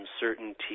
uncertainty